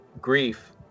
Grief